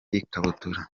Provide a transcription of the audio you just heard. ikabutura